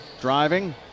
driving